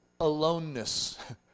aloneness